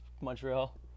Montreal